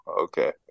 okay